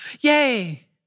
yay